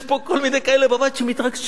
יש פה כל מיני כאלה בבית שמתרגשים,